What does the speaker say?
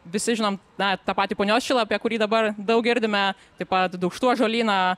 visi žinom na tą patį punios šilą apie kurį dabar daug girdime taip pat dūkštų ąžuolyną